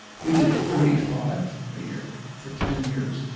we did thirty five a year for ten years.